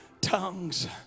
tongues